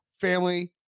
family